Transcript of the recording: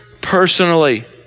personally